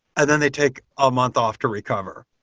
and then they take a month off to recover.